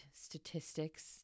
statistics